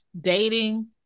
dating